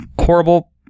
horrible